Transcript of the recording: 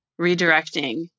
redirecting